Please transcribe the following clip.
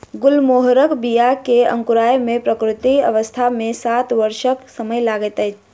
गुलमोहरक बीया के अंकुराय मे प्राकृतिक अवस्था मे सात वर्षक समय लगैत छै